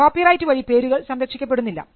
copyright വഴി പേരുകൾ സംരക്ഷിക്കപ്പെടുന്നില്ല